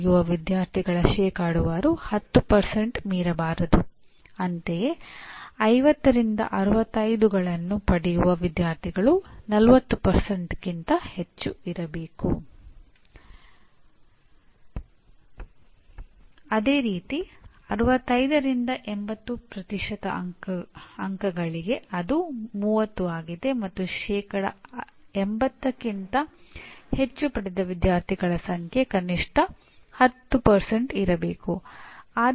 ಖಂಡಿತವಾಗಿಯೂ ಅವರು ಹಾಗೆ ಕೆಲಸ ಮಾಡಬೇಕೆಂದು ನಾನು ಶಾಸನ ಮಾಡಲು ಸಾಧ್ಯವಿಲ್ಲ ಆದರೆ ಅವರಲ್ಲಿ ಹೆಚ್ಚಿನವರು ಮೆಕ್ಯಾನಿಕಲ್ ಎಂಜಿನಿಯರಿಂಗ್ ಕ್ಷೇತ್ರದಲ್ಲಿ ಕೆಲಸ ಮಾಡಲು ಹೊರಟಿದ್ದಾರೆ ಮತ್ತು ಪದವೀಧರರು ನಾಲ್ಕರಿಂದ ಐದು ವರ್ಷಗಳಲ್ಲಿ ಮಾಡಲು ಸಾಧ್ಯವಾಗುತ್ತದೆ ಎಂದು ನಾವು ಪರಿಗಣಿಸುವ ಕೆಲವು ರೀತಿಯ ಚಟುವಟಿಕೆಗಳನ್ನು ಅವರು ನಿರ್ವಹಿಸಲು ಸಮರ್ಥರಾಗಿದ್ದಾರೆ